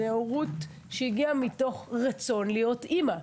זאת הורות שהגיעה מתוך רצון להיות אימא.